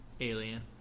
alien